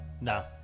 No